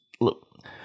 look